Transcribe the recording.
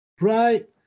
Right